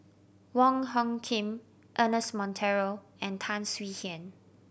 Wong Hung Khim Ernest Monteiro and Tan Swie Hian